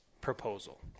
proposal